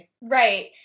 Right